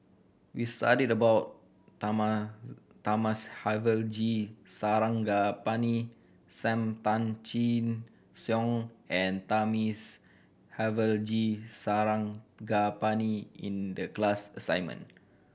we studied about Thamizhavel G Sarangapani Sam Tan Chin Siong and Thamizhavel G Sarangapani in the class assignment